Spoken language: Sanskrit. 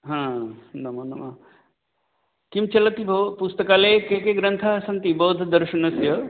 हा नमो नमः किं चलति भोः पुस्तकालये के के ग्रन्थाः सन्ति बौद्धदर्शनस्य